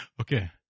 Okay